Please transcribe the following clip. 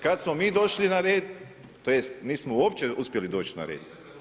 Kad smo mi došli na red, tj. nismo uopće uspjeli doći na red.